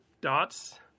dots